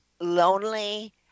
lonely